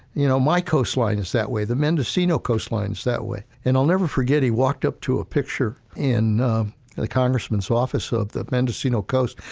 you know, my coastline is that way, the mendocino coastlines that way. and i'll never forget, he walked up to a picture in and the congressman's office of the mendocino coast.